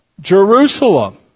Jerusalem